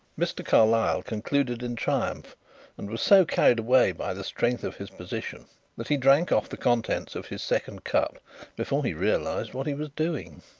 mr. carlyle concluded in triumph and was so carried away by the strength of his position that he drank off the contents of his second cup before he realized what he was doing.